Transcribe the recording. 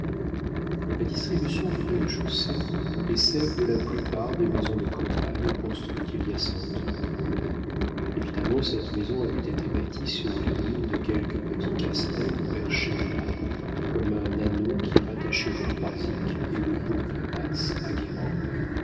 la distribution du rez-de-chaussée est celle de la plupart des maisons de campagne construites il y a cent ans évidemment cette maison avait été bâtie sur les ruines de quelque petit castel perché là comme un anneau qui rattachait le croisic et le bourg de